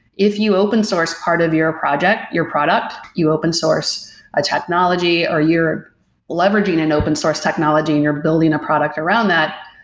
if you open source part of your project, your product, you open source a technology or you're leveraging an open source technology and you're building a product around that,